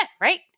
right